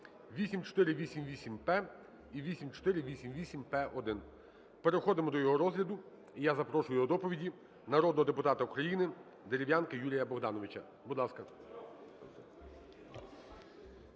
(8488-П і 8488-П1). Переходимо до його розгляду, і я запрошую до доповіді народного депутата України Дерев'янка Юрія Богдановича. Будь ласка.